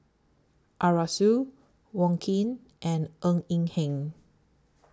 Arasu Wong Keen and Ng Eng Hen